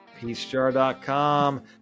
Peacejar.com